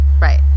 Right